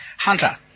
Hunter